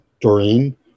Doreen